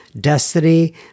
destiny